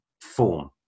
form